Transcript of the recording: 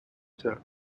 term